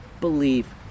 believe